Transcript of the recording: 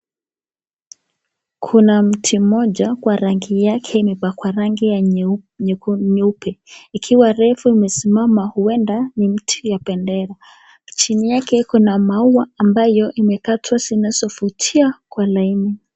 Kuna mti moja kwa rangi yake imepakwa rangi ya nyeupe ikiwa refu imesimama huenda ni mti ya bendera chini yake kuna maua ambayo imekatwa zinazovutia kwa laini.